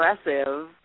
aggressive